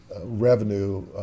revenue